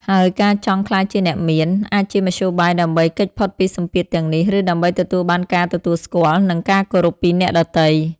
ហើយការចង់ ក្លាយជាអ្នកមាន អាចជាមធ្យោបាយដើម្បីគេចផុតពីសម្ពាធទាំងនេះ ឬដើម្បីទទួលបានការទទួលស្គាល់ និងការគោរពពីអ្នកដទៃ។